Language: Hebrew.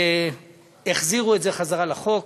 החזירו את זה לחוק.